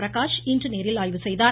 பிரகாஷ் இன்று நேரில் ஆய்வுசெய்தார்